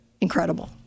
incredible